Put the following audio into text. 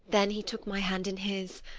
then he took my hand in his,